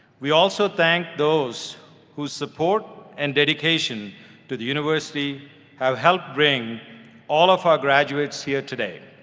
we also thank those whose support and dedication to the university have helped bring all of our graduates here today.